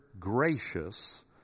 Gracious